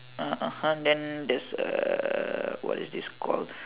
uh (uh huh) then there's a what is this called